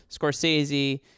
Scorsese